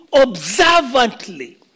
observantly